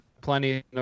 plenty